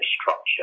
structure